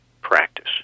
practice